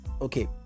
okay